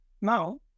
now